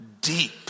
deep